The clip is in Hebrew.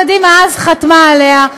וכמעט כל סיעת קדימה דאז חתמה עליה,